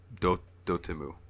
Dotemu